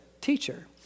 teacher